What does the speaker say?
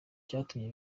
cyatumye